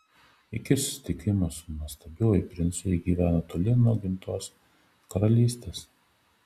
iki susitikimo su nuostabiuoju princu ji gyvena toli nuo gimtos karalystės